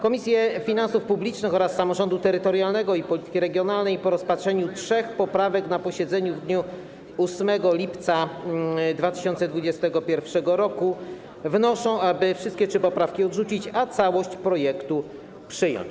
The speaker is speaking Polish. Komisje: Finansów Publicznych oraz Samorządu Terytorialnego i Polityki Regionalnej po rozpatrzeniu trzech poprawek na posiedzeniu w dniu 8 lipca 2021 r. wnoszą, aby wszystkie trzy poprawki odrzucić, a całość projektu przyjąć.